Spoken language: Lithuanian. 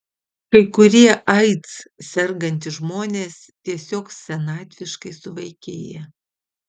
kai kurie aids sergantys žmonės tiesiog senatviškai suvaikėja